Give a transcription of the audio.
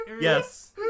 Yes